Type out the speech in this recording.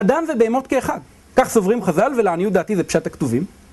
אדם ובהמות כאחד, כך סוברים חזל ולעניות דעתי זה פשט הכתובים